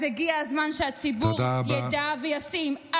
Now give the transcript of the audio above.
הגיע הזמן שהציבור ידע וישים.